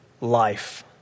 life